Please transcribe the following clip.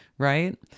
Right